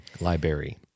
Library